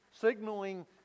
signaling